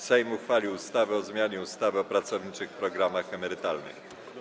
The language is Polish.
Sejm uchwalił ustawę o zmianie ustawy o pracowniczych programach emerytalnych.